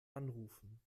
anrufen